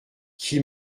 qui